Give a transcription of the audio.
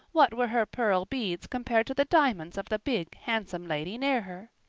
what were her pearl beads compared to the diamonds of the big, handsome lady near her?